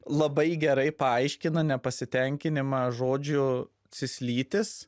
labai gerai paaiškina nepasitenkinimą žodžiu cislytis